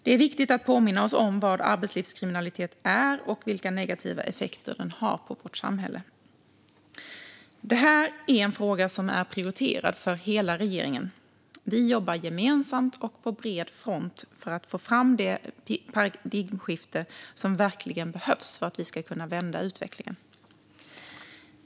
Det är viktigt att påminna oss om vad arbetslivskriminalitet är och vilka negativa effekter den har på vårt samhälle. Detta är en fråga som är prioriterad för hela regeringen. Vi jobbar gemensamt och på bred front för att få till det paradigmskifte som verkligen behövs för att vi ska kunna vända utvecklingen.